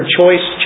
choice